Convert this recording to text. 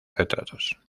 retratos